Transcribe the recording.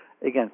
again